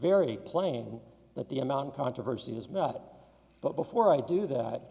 very plain that the amount of controversy is met but before i do that